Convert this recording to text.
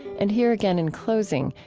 and here again in closing,